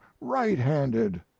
right-handed